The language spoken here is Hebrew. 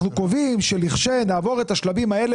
אנחנו קובעים שכאשר נעבור את השלבים האלה